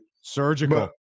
Surgical